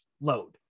load